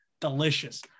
delicious